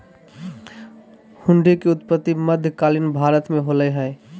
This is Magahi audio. हुंडी के उत्पत्ति मध्य कालीन भारत मे होलय हल